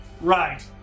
Right